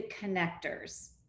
connectors